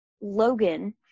Logan